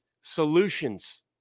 solutions